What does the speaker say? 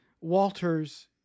Walter's